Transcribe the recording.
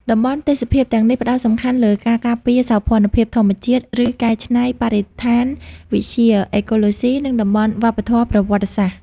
តំបន់ទេសភាពទាំងនេះផ្តោតសំខាន់លើការការពារសោភ័ណភាពធម្មជាតិ ឬកែច្នៃ បរិស្ថានវិទ្យា អេកូឡូស៊ី និងតម្លៃវប្បធម៌ប្រវត្តិសាស្ត្រ។